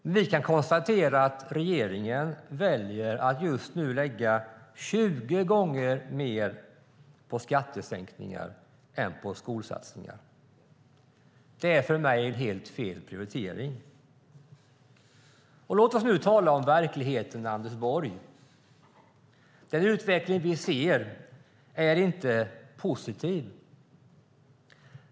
Men vi kan konstatera att regeringen väljer att just nu lägga 20 gånger mer på skattesänkningar än på skolsatsningar. Det är för mig en helt felaktig prioritering. Låt oss nu tala om verkligheten med Anders Borg. Den utveckling vi ser är inte positiv.